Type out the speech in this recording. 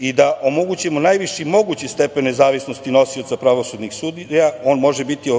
i da omogućimo najviši mogući stepen nezavisnosti nosioca pravosudnih funkcija, on može biti